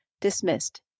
dismissed